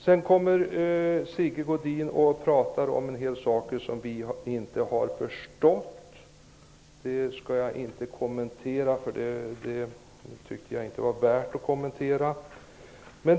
Sedan pratar Sigge Godin om en hel del saker som vi inte skulle ha förstått, och det skall jag inte kommentera -- det är inte värt att kommentera.